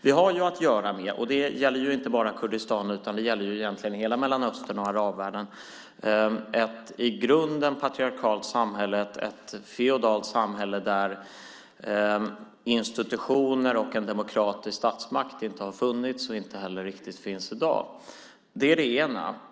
Vi har att göra med - och det gäller inte bara Kurdistan, utan det gäller egentligen hela Mellanöstern och arabvärlden - ett i grunden patriarkalt samhälle, ett feodalt samhälle där institutioner och en demokratisk statsmakt inte har funnits och inte heller riktigt finns i dag. Det är det ena.